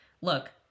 look